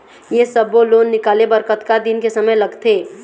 ये सब्बो लोन निकाले बर कतका दिन के समय लगथे?